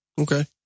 Okay